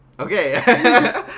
Okay